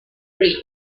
breed